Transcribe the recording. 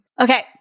Okay